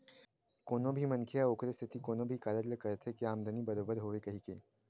कोनो भी मनखे ह ओखरे सेती कोनो भी कारज ल करथे के आमदानी बरोबर होवय कहिके